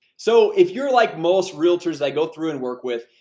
so if you're like most realtors i go through and work with,